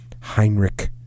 Heinrich